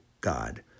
God